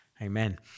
Amen